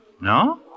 No